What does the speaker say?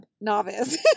novice